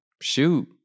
shoot